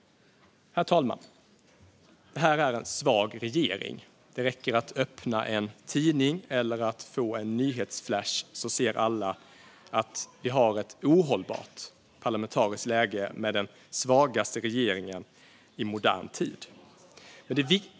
Herr talman! Det här är en svag regering. Det räcker att öppna en tidning eller att få en nyhetsflash så ser alla att vi har ett ohållbart parlamentariskt läge med den svagaste regeringen i modern tid.